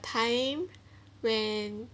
time when